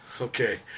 Okay